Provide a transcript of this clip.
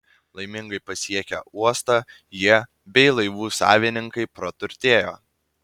laimingai pasiekę uostą jie bei laivų savininkai praturtėjo